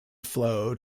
flow